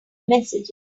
messages